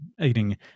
eating